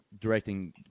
directing